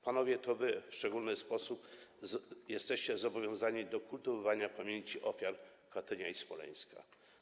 Panowie, to wy w szczególny sposób jesteście zobowiązani do kultywowania pamięci ofiar Katynia i Smoleńska.